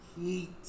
Heat